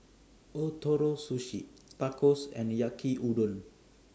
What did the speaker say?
Ootoro Sushi Tacos and Yaki Udon